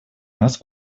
нас